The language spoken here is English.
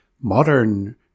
Modern